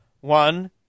One